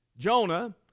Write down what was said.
Jonah